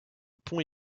pont